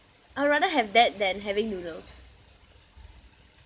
I'll rather have that than having noodles